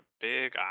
big